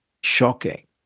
shocking